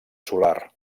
solar